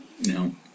No